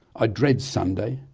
ah dread sunday,